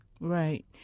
Right